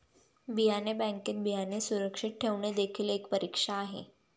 बियाणे बँकेत बियाणे सुरक्षित ठेवणे देखील एक परीक्षा आहे